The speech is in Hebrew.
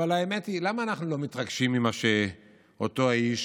אבל האמת, למה אנחנו לא מתרגשים ממה שאותו האיש